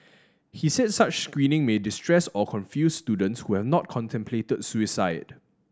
he said such screening may distress or confuse students who have not contemplated suicide